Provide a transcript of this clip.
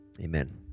Amen